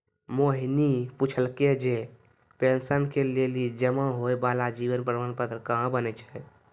मोहिनी पुछलकै जे पेंशन के लेली जमा होय बाला जीवन प्रमाण पत्र कहाँ बनै छै?